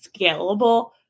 scalable